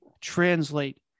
translate